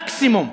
המקסימום